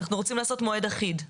רוצים לעשות מועד אחיד.